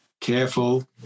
Careful